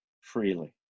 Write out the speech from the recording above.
freely